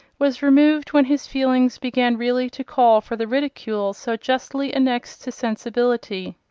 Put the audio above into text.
was removed when his feelings began really to call for the ridicule so justly annexed to sensibility.